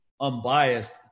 unbiased